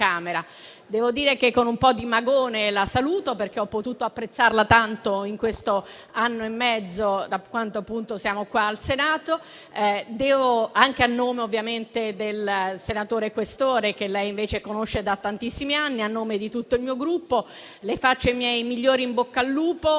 Devo dire che la saluto con un po' di magone, perché ho potuto apprezzarla tanto in questo anno e mezzo, da quando, appunto, sono qui al Senato. Anche a nome, ovviamente, del senatore Questore, che lei invece conosce da tantissimi anni, e a nome di tutto il mio Gruppo, le faccio i miei migliori auguri. È una